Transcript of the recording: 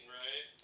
right